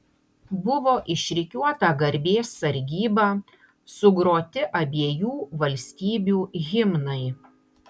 buvo išrikiuota garbės sargyba sugroti abiejų valstybių himnai